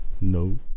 no